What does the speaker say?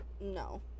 No